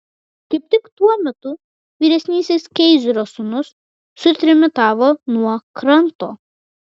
kaip tik tuo metu vyresnysis keizerio sūnus sutrimitavo nuo kranto